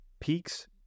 peaks